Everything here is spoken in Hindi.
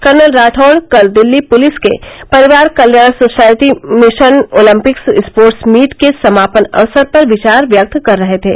कर्नल राठौड़ कल दिल्ली पुलिस के परिवार कल्याण society mission Olympics sports meet के समापन अवसर पर विचार व्यक्त कर रहे थे